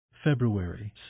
February